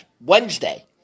Wednesday